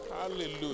Hallelujah